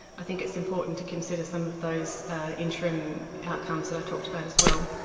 i think it's important to consider some of those interim outcomes that i talked about as well.